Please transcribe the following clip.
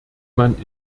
man